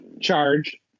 charge